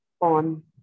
on